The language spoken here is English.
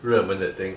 热门的 thing